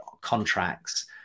contracts